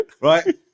right